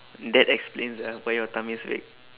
that explains um why your tummy is big